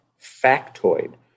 factoid